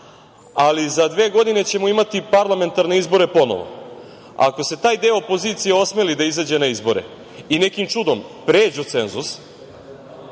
ali za dve godine ćemo imati parlamentarne izbore ponovo. Ako se taj deo opozicije osmeli da izađe na izbore i nekim čudom pređu cenzus,